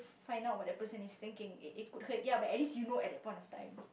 find out what the person is thinking it could hurt but ya at least you know at that point in time